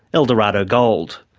eldorado gold.